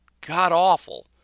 god-awful